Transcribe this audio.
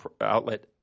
outlet